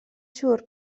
siŵr